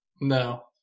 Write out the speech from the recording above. No